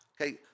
Okay